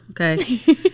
okay